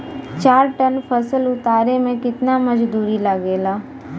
चार टन फसल उतारे में कितना मजदूरी लागेला?